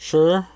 Sure